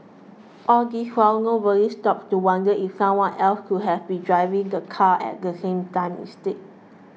all this while nobody stopped to wonder if someone else could have been driving the car at the same time instead